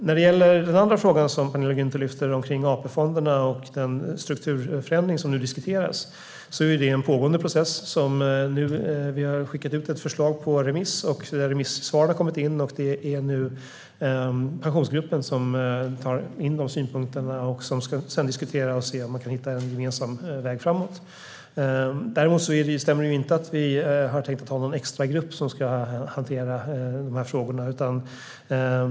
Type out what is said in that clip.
Penilla Gunther lyfte upp frågan om AP-fonderna och den strukturförändring som nu diskuteras. Det är en pågående process. Vi har skickat ut ett förslag på remiss. Remissvaren har kommit in. Det är nu Pensionsgruppen som tar in synpunkterna och som sedan ska diskutera en gemensam väg framåt. Det stämmer inte att vi har tänkt att ha någon extragrupp som ska hantera frågorna.